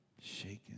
shaken